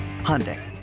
Hyundai